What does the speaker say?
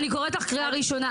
אני קוראת לך קריאה ראשונה.